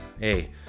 Hey